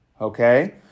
Okay